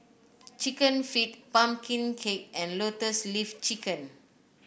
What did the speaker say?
chicken feet pumpkin cake and Lotus Leaf Chicken